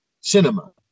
cinema